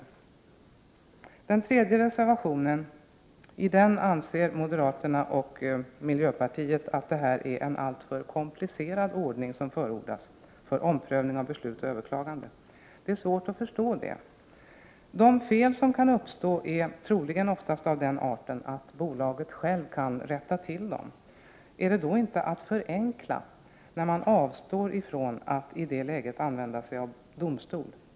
I den tredje reservationen anser moderaterna och miljöpartiet att den ordning som förordas för omprövning av beslut och överklagande är alltför komplicerad. Detta är svårt att förstå. De fel som kan uppstå är troligen oftast av den arten att bolaget självt kan rätta till dem. Är det då inte fråga om att förenkla när man i det läget avstår från att använda sig av domstol?